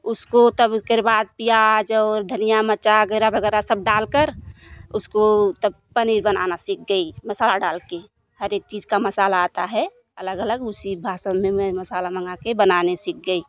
उसको तब उसके बाद प्याज और धनिया मिर्चा अगैरा वगैरह सब डाल कर उसको तब पनीर बनाना सीख गई मसाला डाल के हर एक चीज का मसाला आता है अलग अलग उसी भाषा में मैं मसाला माँगा के बनाना सीख गई